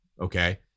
Okay